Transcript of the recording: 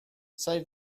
save